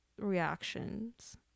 reactions